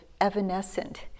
evanescent